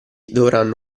dovranno